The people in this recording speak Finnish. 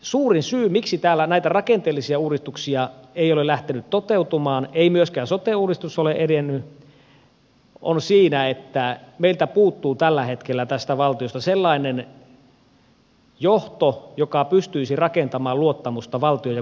suurin syy miksi täällä näitä rakenteellisia uudistuksia ei ole lähtenyt toteutumaan ei myöskään sote uudistus ole edennyt on se että meiltä puuttuu tällä hetkellä tästä valtiosta sellainen johto joka pystyisi rakentamaan luottamusta valtion ja kuntakentän välille